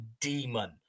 demon